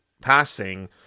passing